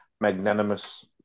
magnanimous